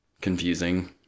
confusing